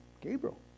Gabriel